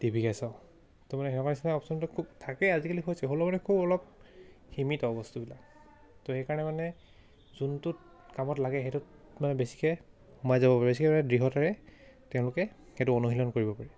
টিভিকে চাওঁ ত' মানে সেনেকুৱা নিচিনা অপচনটো খুব থাকেই আজিকালি হৈছে হ'লেও মানে খুব অলপ সীমিত বস্তুবিলাক ত' সেইকাৰণে মানে যোনটোত কামত লাগে সেইটোত মানে বেছিকৈ সোমাই যাব পাৰে বেছিকৈ মানে দৃঢ়তাৰে তেওঁলোকে সেইটো অনুশীলন কৰিব পাৰি